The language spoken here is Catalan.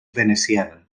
veneciana